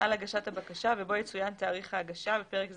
- על הגשת הבקשה ובו יצוין תאריך ההגשה (בפרק זה,